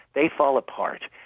they fall apart.